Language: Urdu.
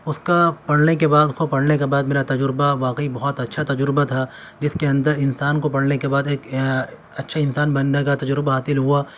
اس کا پڑھنے کے بعد اس کو پڑھنے کے بعد میرا تجربہ واقعی بہت اچھا تجربہ تھا جس کے اندر انسان کو پڑھنے کے بعد ایک اچھا انسان بننے کا تجربہ حاصل ہوا